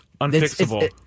unfixable